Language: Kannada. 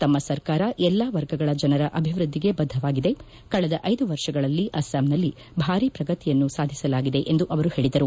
ತಮ್ಮ ಸರ್ಕಾರ ಎಲ್ಲಾ ವರ್ಗಗಳ ಜನರ ಅಭಿವೃದ್ದಿಗೆ ಬದ್ದವಾಗಿದೆ ಕಳೆದ ಐದು ವರ್ಷಗಳಲ್ಲಿ ಅಸ್ತಾಂನಲ್ಲಿ ಭಾರೀ ಪ್ರಗತಿಯನ್ನು ಸಾಧಿಸಲಾಗಿದೆ ಎಂದು ಆವರು ಪೇಳದರು